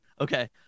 Okay